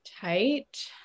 tight